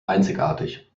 einzigartig